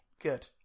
Good